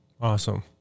Awesome